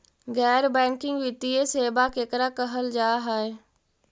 गैर बैंकिंग वित्तीय सेबा केकरा कहल जा है?